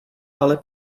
ale